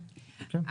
כן.